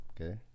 Okay